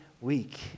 week